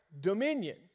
dominion